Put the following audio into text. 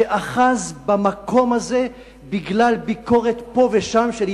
שאחז במקום הזה בגלל ביקורת פה ושם של